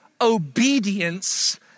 obedience